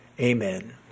amen